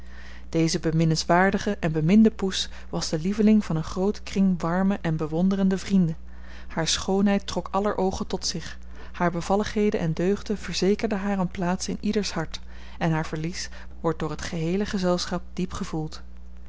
deze beminnenswaardige en beminde poes was de lieveling van een grooten kring warme en bewonderende vrienden haar schoonheid trok aller oogen tot zich haar bevalligheden en deugden verzekerden haar een plaats in ieders hart en haar verlies wordt door het geheele gezelschap diep gevoeld